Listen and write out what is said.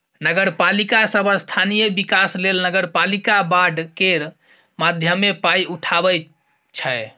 नगरपालिका सब स्थानीय बिकास लेल नगरपालिका बॉड केर माध्यमे पाइ उठाबै छै